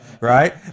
right